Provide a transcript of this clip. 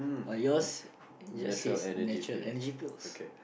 but yours your says natural Energy Pills